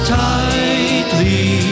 tightly